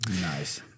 Nice